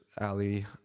Ali